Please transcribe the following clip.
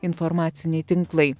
informaciniai tinklai